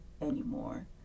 anymore